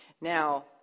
Now